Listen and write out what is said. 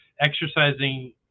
exercising